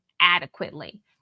adequately